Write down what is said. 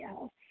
else